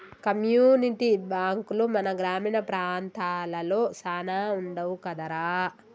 community బాంకులు మన గ్రామీణ ప్రాంతాలలో సాన వుండవు కదరా